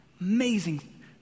amazing